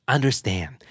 Understand